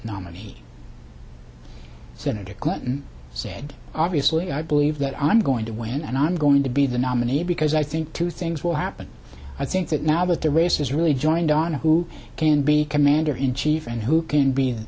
nominee senator clinton said obviously i believe that i'm going to win and i'm going to be the nominee because i think two things will happen i think that now that the race is really joined on who can be commander in chief and who can be